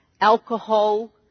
alcohol